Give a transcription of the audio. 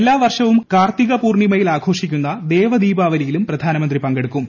എല്ലാവർഷവും കാർത്തിക പൂർണിമയിൽ ആഘോഷിക്കുന്ന ദേവ ദീപാവലിയിലും പ്രധാനമന്ത്രി പങ്കെടുക്കും